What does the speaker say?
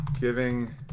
giving